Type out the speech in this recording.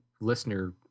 listener